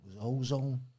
ozone